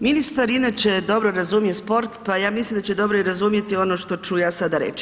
Ministar inače dobro razumije sport, pa ja mislim da će dobro i razumjeti ono što ću ja sada reći.